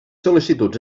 sol·licituds